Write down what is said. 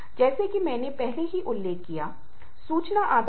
और यह भी कि आप अलग अलग गतिविधियों के लिए समय देंगे